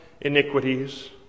iniquities